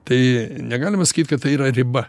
tai negalima sakyt kad tai yra riba